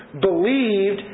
believed